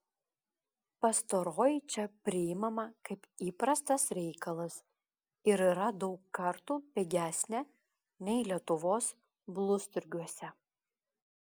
pastaroji čia priimama kaip įprastas reikalas ir yra daug kartų pigesnė nei lietuvos blusturgiuose